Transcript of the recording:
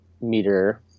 meter